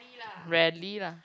rarely lah